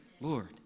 Lord